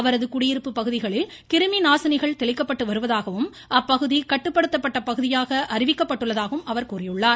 அவரகி குடியிருப்பு பகுதிகளில் கிருமி நாசினிகள் தெளிக்கப்பட்டு வருவதாகவும் அப்பகுதி கட்டுப்படுத்தப்பட்ட பகுதியாக அறிவிக்கப்பட்டுள்ளதாகவும் அவர் கூறியுள்ளார்